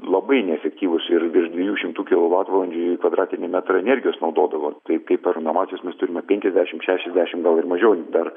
labai neefektyvūs ir virš dvejų šimtų kilovatvalandžių į kvadratinį metrą energijos naudodavo tai kaip per renovacijos plius turime penkiasdešim šešiasdešim gal ir mažiau dar